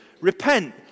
repent